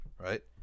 right